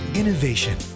innovation